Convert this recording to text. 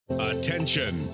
Attention